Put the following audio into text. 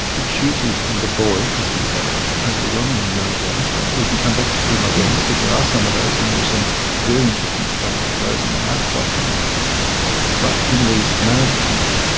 it chooses in the boy because these are overwhelmingly male gangs so we can come back to female gangs, because there are some of those and there are some very interesting studies of those and they are quite different but in these male gangs,